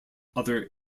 other